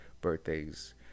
birthdays